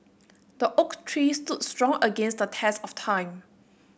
the oak tree stood strong against the test of time